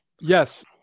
Yes